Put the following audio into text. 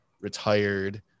retired